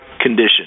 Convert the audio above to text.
condition